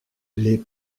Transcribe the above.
les